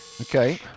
Okay